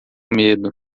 medo